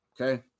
Okay